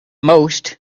most